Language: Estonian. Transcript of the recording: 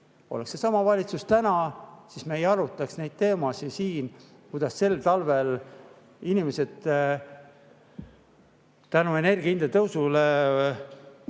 Oleks seesama valitsus täna, siis me ei arutaks siin teemasid, kuidas sel talvel inimesed energiahindade tõusu